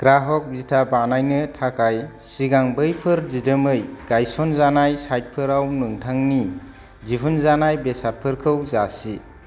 ग्राहक बिथा बानायनो थाखाय सिगां बैफोर दिदोमै गायस'नजानाय साइटफोराव नोंथांनि दिहुनजानाय बेसादफोरखौ जासि